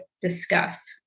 discuss